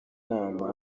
nama